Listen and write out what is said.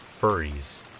Furries